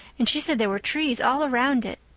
and she said there were trees all around it.